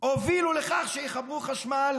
הובילו לכך שיחברו חשמל